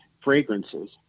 fragrances